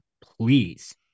Please